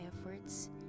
efforts